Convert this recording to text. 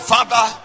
Father